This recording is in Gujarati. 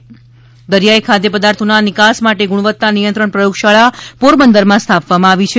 ગુજરાત પ્રયોગશાળા દરિયાઈ ખાદ્ય પદાર્થોના નિકાસ માટે ગુણવત્તા નિયંત્રણ પ્રયોગશાળા પોરબંદરમાં સ્થાપવામાં આવી છે